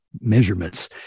measurements